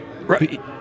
Right